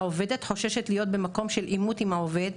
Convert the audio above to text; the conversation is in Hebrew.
העובדת חוששת להיות במקום של עימות עם העובד,